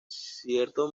cierto